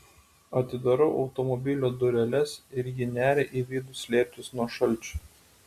atidarau automobilio dureles ir ji neria į vidų slėptis nuo šalčio